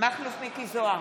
מכלוף מיקי זוהר,